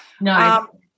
No